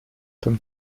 comme